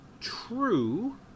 True